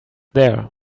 there